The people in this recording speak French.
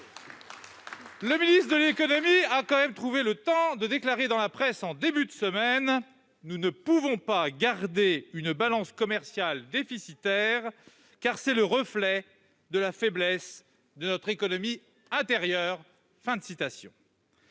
pour 2022 ... Il a tout de même trouvé le temps de déclarer dans la presse, en début de semaine :« Nous ne pouvons pas garder une balance commerciale déficitaire, car [...] c'est le reflet de la faiblesse de notre économie intérieure.